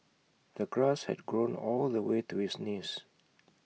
the grass had grown all the way to his knees